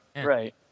right